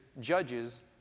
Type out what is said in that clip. judges